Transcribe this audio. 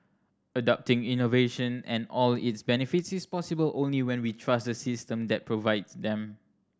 adopting innovation and all its benefits is possible only when we trust the system that provide them